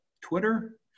Twitter